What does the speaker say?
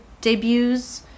debuts